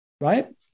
right